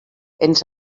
ens